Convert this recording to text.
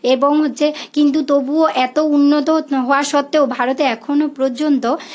এবং হচ্ছে কিন্তু তবুও এত উন্নত হওয়া সত্ত্বেও ভারতে এখনও পর্যন্ত